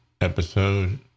episode